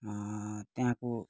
त्यहाँको